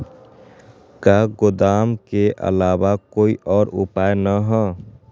का गोदाम के आलावा कोई और उपाय न ह?